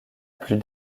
plus